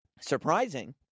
Surprising